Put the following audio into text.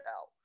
out